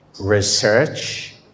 research